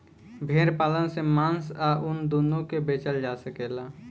भेड़ पालन से मांस आ ऊन दूनो के बेचल जा सकेला